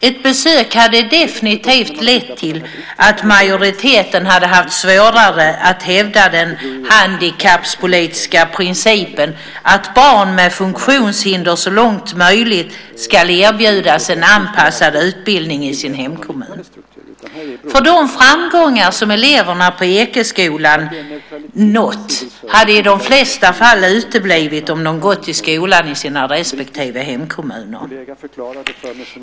Ett besök hade definitivt lett till att majoriteten hade haft svårare att hävda den handikappolitiska principen att barn med funktionshinder så långt möjligt ska erbjudas en anpassad utbildning i sin hemkommun, därför att de framgångar som eleverna på Ekeskolan nått hade i de flesta fall uteblivit om de gått i skolan i sina respektive hemkommuner.